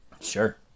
sure